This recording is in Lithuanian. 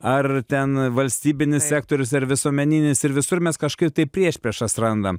ar ten valstybinis sektorius ar visuomeninis ir visur mes kažkaip tai priešpriešas randam